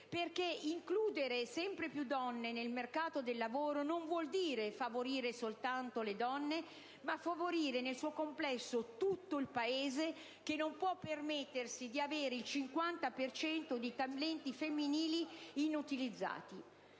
Perché includere sempre più donne nel mercato del lavoro non vuol dire favorire soltanto le donne, ma favorire nel suo complesso tutto il Paese, che non può permettersi di avere il 50 per cento di talenti femminili inutilizzati.